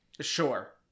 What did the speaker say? Sure